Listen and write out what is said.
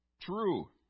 True